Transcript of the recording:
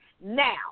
Now